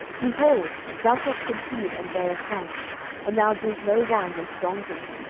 behold, thou shalt conceive, and bear a son and now drink no wine nor strong drink,